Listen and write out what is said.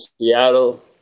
Seattle